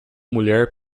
mulher